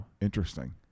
Interesting